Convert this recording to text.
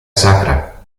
sacra